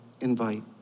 invite